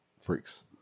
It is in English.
freaks